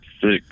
six